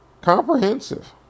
comprehensive